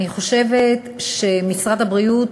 אני חושבת שמשרד הבריאות